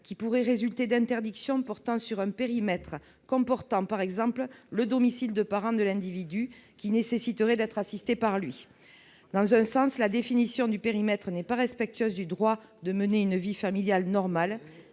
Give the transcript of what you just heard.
qui pourraient résulter d'interdictions portant sur un périmètre incluant, par exemple, le domicile de parents de l'individu ayant besoin d'être assistés par lui. Dans un sens, la définition du périmètre n'est pas respectueuse du droit de mener une vie familiale normale